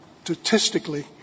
statistically